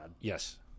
Yes